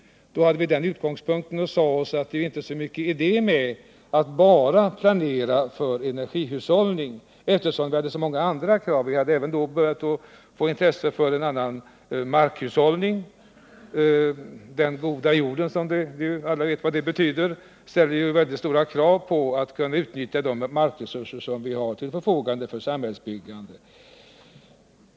Då sade vi oss att det inte är så stor idé att planera bara för energihushållning eftersom vi har så många andra krav. Vi hade då börjat få intresse för en annan markhushållning. Den goda jorden, som nu alla vet vad det betyder, ställer ju mycket stora krav på utnyttjandet av de markresurser som vi har till vårt förfogande för samhällsbyggande.